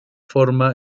forma